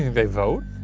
they vote?